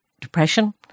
depression